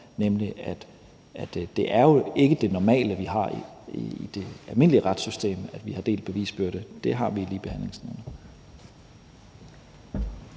nemlig at det jo ikke er det normale, at vi i det almindelige retssystem har delt bevisbyrde. Det har vi i Ligebehandlingsnævnet.